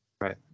Right